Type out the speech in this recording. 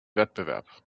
wettbewerb